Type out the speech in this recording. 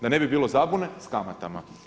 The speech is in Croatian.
Da ne bi bilo zabune, s kamatama.